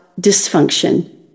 dysfunction